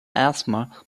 asthma